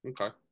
Okay